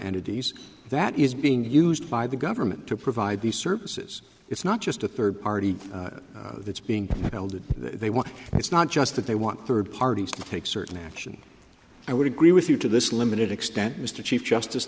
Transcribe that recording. entities that is being used by the government to provide these services it's not just a third party it's being held if they want to and it's not just that they want third parties to take certain action i would agree with you to this limited extent mr chief justice